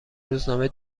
روزنامه